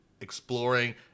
exploring